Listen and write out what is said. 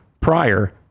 prior